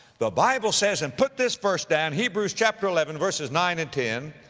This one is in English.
the bible says, and put this verse down, hebrews chapter eleven verses nine and ten,